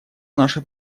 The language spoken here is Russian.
наше